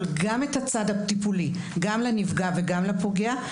גם את הצד הטיפולי גם לנפגע וגם לפוגע.